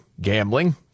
gambling